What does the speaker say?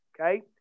okay